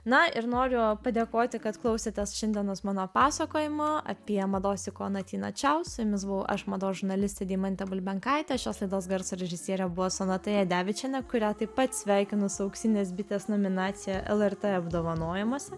na ir noriu padėkoti kad klausėtės šiandienos mano pasakojimo apie mados ikoną tina čiau su jumis buvau aš mados žurnalistė deimantė bulbenkaitė šios laidos garso režisierė buvo sonata jadevičienė kurią taip pat sveikinu su auksinės bitės nominacija lrt apdovanojimuose